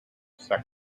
sex